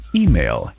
email